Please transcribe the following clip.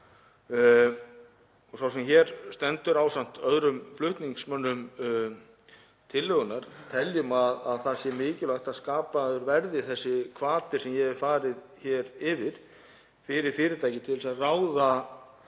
Sá sem hér stendur, ásamt öðrum flutningsmönnum tillögunnar, telur að það sé mikilvægt að skapaður verði þessi hvati sem ég hef farið hér yfir fyrir fyrirtæki til þess að ráða